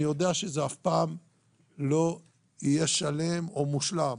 אני יודע שזה אף פעם לא יהיה שלם או מושלם,